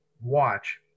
watch